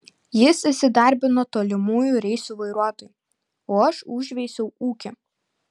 jis įsidarbino tolimųjų reisų vairuotoju o aš užveisiau ūkį